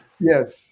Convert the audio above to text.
Yes